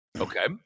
Okay